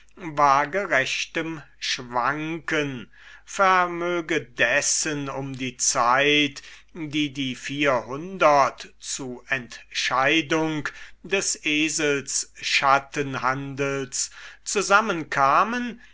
waagerechtes schwanken vermöge dessen um die zeit da die vierhundert zu entscheidung des eselsschattenhandels zusammenkamen